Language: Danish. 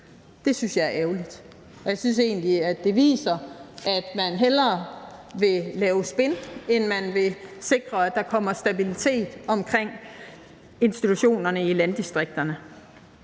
Det synes jeg er ærgerligt, og jeg synes egentlig, at det viser, at man hellere vil lave spin, end man vil sikre, at der kommer stabilitet omkring institutionerne i landdistrikterne.